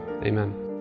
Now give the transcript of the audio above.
Amen